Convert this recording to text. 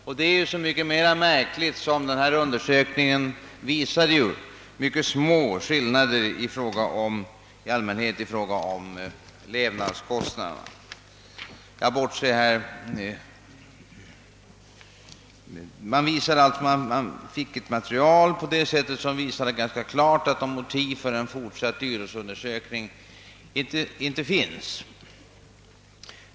Detta är så mycket mera märkligt som den prisgeografiska undersökningen visade mycket små skillnader i allmänhet i fråga om levnadskostnaderna. Här förelåg alltså ett material som ganska klart visade att motiv saknas för en fortsatt lönegruppering.